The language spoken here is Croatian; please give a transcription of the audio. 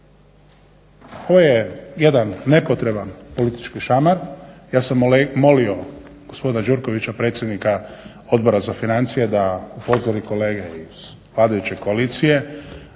To je jedan nepotreban politički šamar. Ja sam molio gospodina Gjurkovića predsjednika Odbora za financije da upozori kolege iz vladajuće koalicije